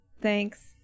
Thanks